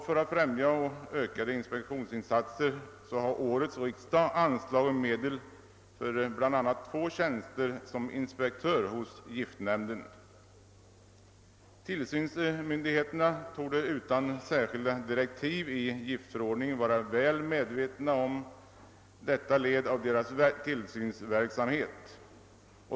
För att främja ökade inspektionsinsatser har årets riksdag också anslagit medel för bl.a. två tjänster som inspektörer hos giftnämnden. Tillsynsmyndigheterna torde utan särskilda direktiv i giftförordningen va ra väl medvetna om detta led av deras tillsynsverksamhet.